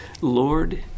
Lord